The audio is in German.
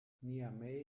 niamey